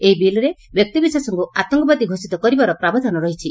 ଏହି ବିଲ୍ରେ ବ୍କ୍ତିବିଶେଷଙ୍କୁ ଆତଙ୍ବାଦୀ ଘୋଷିତ କରିବାର ପ୍ରାବଧାନ ରହିଛି